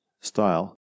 style